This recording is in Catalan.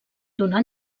donar